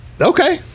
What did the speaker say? Okay